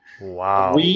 Wow